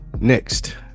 next